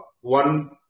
one